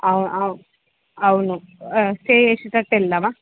అవ్ అవును స్టే చేసేటట్టు వెళ్దామా